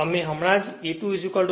અમે હમણાં જ E2 V2 0 જોયું છે